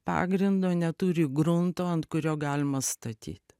pagrindo neturi grunto ant kurio galima statyt